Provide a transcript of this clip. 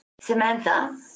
Samantha